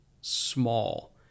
small